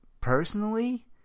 personally